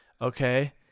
Okay